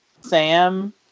Sam